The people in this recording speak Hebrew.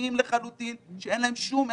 שרירותיים לחלוטין שאין להם שום ערך.